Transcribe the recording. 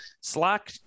slack